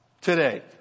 today